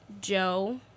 Joe